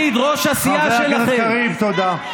חבר הכנסת קריב, תודה.